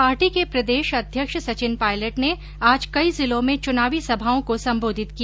party के प्रदेश अध्यक्ष सचिन पायलट ने आज कई जिलों में चुनावी सभाओं को संबोधित किया